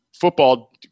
football